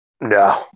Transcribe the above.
No